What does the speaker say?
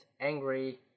angry